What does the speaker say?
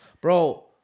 bro